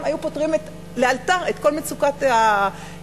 והיו פותרים לאלתר את כל מצוקת הרופאים.